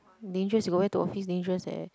dangerous you got wear to office dangerous eh